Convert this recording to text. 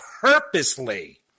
purposely